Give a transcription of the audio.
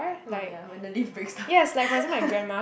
oh ya when the lift breaks down